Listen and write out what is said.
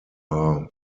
are